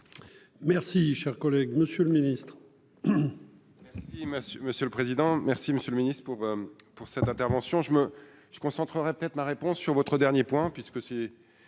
Merci, cher collègue, Monsieur le Ministre. Monsieur le président, merci Monsieur le Ministre pour pour cette intervention je me je concentrerai peut-être ma réponse sur votre dernier point puisque c'est